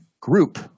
group